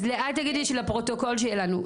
אז תגידי לפרוטוקול שיהיה לנו,